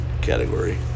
category